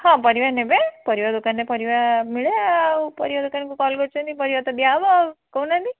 ହଁ ପରିବା ନେବେ ପରିବା ଦୋକାନରେ ପରିବା ମିଳେ ଆଉ ପରିବା ଦୋକାନକୁ କଲ୍ କରିଛନ୍ତି ପରିବା ତ ଦିଆହେବ ଆଉ କହୁନାହାନ୍ତି